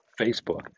Facebook